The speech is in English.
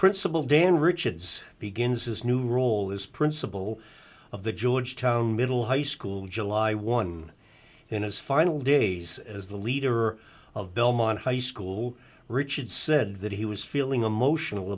principal dan richards begins his new role as principal of the georgetown middle high school july one in his final days as the leader of belmont high school richard said that he was feeling emotional